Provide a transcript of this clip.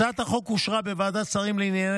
הצעת החוק אושרה בוועדת השרים לענייני